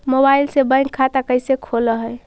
Mobile से bank खाता कैसे खुल है?